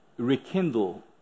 Rekindle